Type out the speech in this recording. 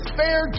fair